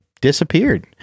disappeared